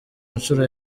ncuro